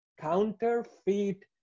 counterfeit